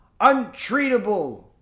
untreatable